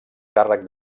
càrrec